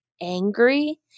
angry